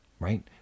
Right